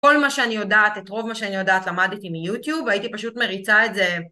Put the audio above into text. כל מה שאני יודעת, את רוב מה שאני יודעת למדתי מיוטיוב, הייתי פשוט מריצה את זה.